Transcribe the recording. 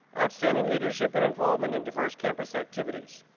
outstanding leadership, and involvement in diverse campus activities.